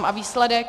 A výsledek?